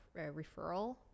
referral